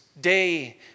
day